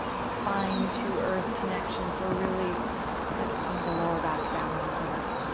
spine to earth connection, so really pressing the lower back down onto the mat.